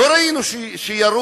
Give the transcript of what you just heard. לא ראינו שירו,